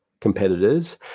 competitors